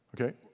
okay